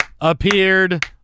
appeared